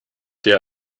dir